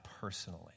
personally